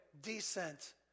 descent